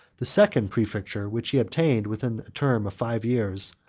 the second praefecture, which he obtained within the term of five years,